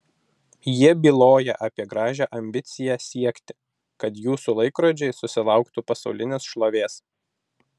jie byloja apie gražią ambiciją siekti kad jūsų laikrodžiai susilauktų pasaulinės šlovės